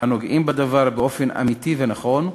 הנוגעים בדבר באופן אמיתי ונכון,